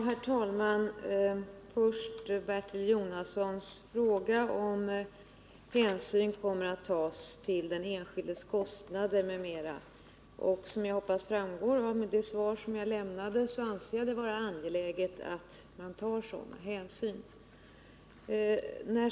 Herr talman! Jag vill först svara på Bertil Jonassons fråga om hänsyn kommer att tas till den enskildes kostnader och säga att jag, såsom förhoppningsvis framgår av det svar som jag lämnat, anser det vara angeläget att man tar sådana hänsyn.